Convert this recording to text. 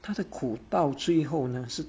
它的苦到最后呢是